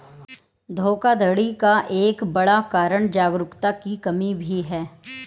धोखाधड़ी का एक बड़ा कारण जागरूकता की कमी भी है